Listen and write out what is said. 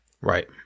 Right